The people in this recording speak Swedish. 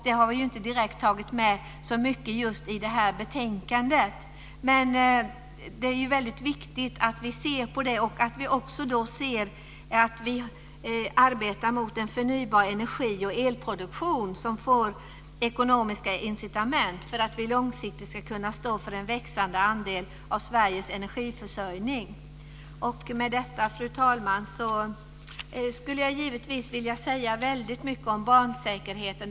Det har vi inte tagit med så mycket om i just det här betänkandet. Men det är mycket viktigt att vi tittar närmare på det och att vi också arbetar mot en förnybar energi och elproduktion som får ekonomiska incitament för att vi långsiktigt ska kunna stå för en växande andel av Sveriges energiförsörjning. Jag skulle givetvis, fru talman, vilja säga väldigt mycket om barnsäkerheten.